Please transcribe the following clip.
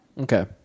Okay